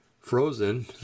frozen